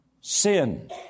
sin